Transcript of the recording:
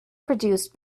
produced